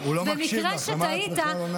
במקרה שטעית,